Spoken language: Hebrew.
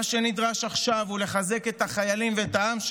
מה שנדרש עכשיו הוא לחזק את החיילים ואת העם שלנו,